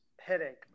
headache